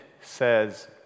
says